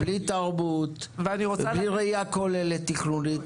בלי תרבות ובלי ראייה תכנונית כוללת